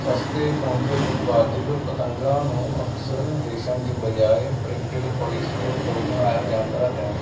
ਸਸਤੇ ਪੁੰਜ ਉਤਪਾਦਕ ਪਤੰਗਾਂ ਨੂੰ ਅਕਸਰ ਰੇਸ਼ਮ ਦੀ ਬਜਾਏ ਪ੍ਰਿੰਟਿਡ ਪੋਲੀਸਟਰ ਤੋਂ ਬਣਾਇਆ ਜਾਂਦਾ ਹੈ